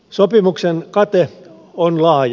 sopimuksen kate on laaja